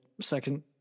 second